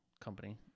company